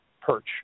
perch